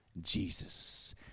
Jesus